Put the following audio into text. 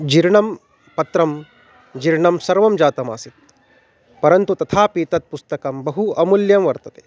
जीर्णं पत्रं जीर्णं सर्वं जातम् आसीत् परन्तु तथापि तत् पुस्तकं बहु अमूल्यं वर्तते